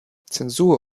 zensur